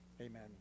Amen